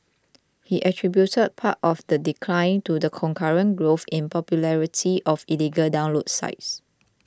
he attributed part of the decline to the concurrent growth in popularity of illegal download sites